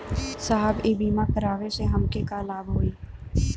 साहब इ बीमा करावे से हमके का लाभ होई?